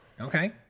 Okay